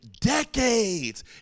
decades